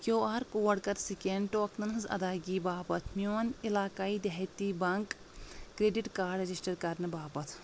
کیو R code کَر scan ٹوکنَن ہنٛزاَدایگی باپتھ میون عِلاقایی دیہاتی بینٛگ کرٛیٚڈِٹ کارڈ ریجسٹر کرنہٕ باپتھ